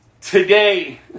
today